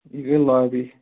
یہِ گٔیہِ لابی